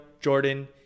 Jordan